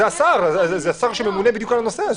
זה השר שממונה בדיוק על הנושא הזה.